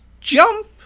jump